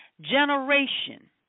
generation